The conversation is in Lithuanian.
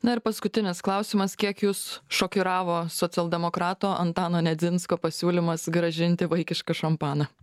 na ir paskutinis klausimas kiek jus šokiravo socialdemokrato antano nedzinsko pasiūlymas grąžinti vaikišką šampaną